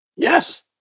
Yes